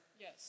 Yes